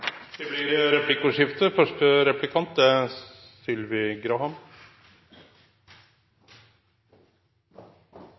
Det blir replikkordskifte.